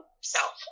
self